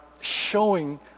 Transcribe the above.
showing